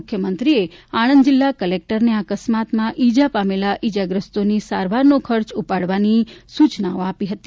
મુખ્યમંત્રીએ આણંદ જિલ્લા કલેક્ટરને આ અકસ્માતમાં ઇજા પામેલા ઇજાગ્રસ્તોની સારવારનો ખર્ચ ઉપાડવાની સૂચનાઓ આપી હતી